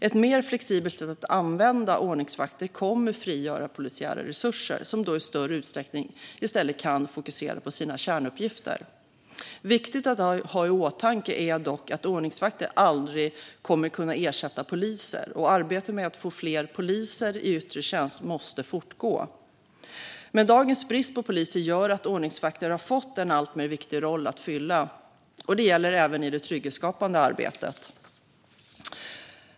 Ett mer flexibelt sätt att använda ordningsvakter kommer att frigöra resurser från polisen, som då i större utsträckning i stället kan fokusera på sina kärnuppgifter. Viktigt att ha i åtanke är dock att ordningsvakter aldrig kommer att kunna ersätta poliser och att arbetet med att få fler poliser i yttre tjänst måste fortgå. Men dagens brist på poliser gör att ordningsvakter har fått en allt viktigare roll att fylla, och det gäller även i det trygghetsskapande arbetet.